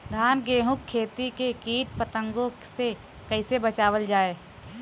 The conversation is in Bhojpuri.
धान गेहूँक खेती के कीट पतंगों से कइसे बचावल जाए?